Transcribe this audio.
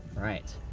alright,